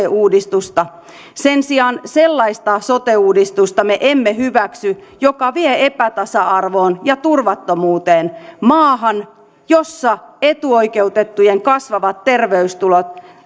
uudistusta sen sijaan sellaista sote uudistusta me emme hyväksy joka vie epätasa arvoon ja turvattomuuteen maahan jossa etuoikeutettujen kasvavat terveyskulut